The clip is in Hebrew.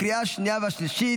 לקריאה השנייה והשלישית.